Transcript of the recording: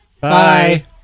Bye